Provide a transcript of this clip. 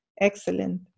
Excellent